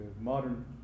modern